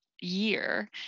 year